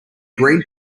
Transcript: green